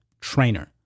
trainer